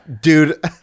Dude